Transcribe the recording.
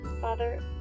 Father